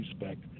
respect